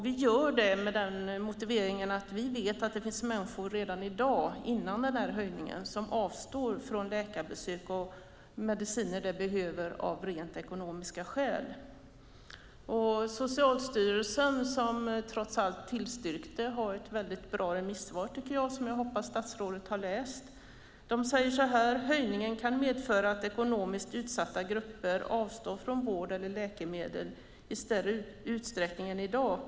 Vi gör det med den motiveringen att vi vet att det redan i dag, före denna höjning, finns människor som avstår från läkarbesök och mediciner som de behöver av rent ekonomiska skäl. Socialstyrelsen, som trots allt tillstyrkte, har ett väldigt bra remissvar, som jag hoppas att statsrådet har läst. De säger så här: Höjningen kan medföra att ekonomiskt utsatta grupper avstår från vård eller läkemedel i större utsträckning än i dag.